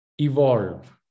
evolve